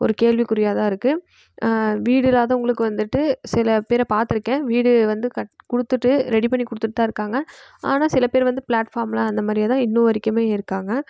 ஒரு கேள்விக்குறியாகதான் இருக்குது வீடு இல்லாதவங்களுக்கு வந்துட்டு சில பேரை பார்த்துருக்கேன் வீடு வந்து கட் கொடுத்துட்டு ரெடி பண்ணி கொடுத்துட்டுதான் இருக்காங்க ஆனால் சில பேர் வந்து பிளாட்ஃபார்மில் அந்த மாதிரியேதான் இன்று வரைக்குமே இருக்காங்க